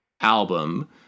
album